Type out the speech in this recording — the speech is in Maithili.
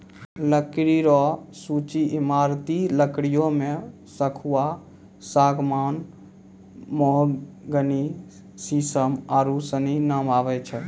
लकड़ी रो सूची ईमारती लकड़ियो मे सखूआ, सागमान, मोहगनी, सिसम आरू सनी नाम आबै छै